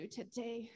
today